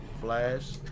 Flash